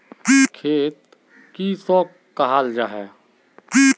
खेत किसोक कहाल जाहा जाहा?